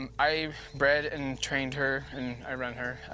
um i bred and trained her and i run her,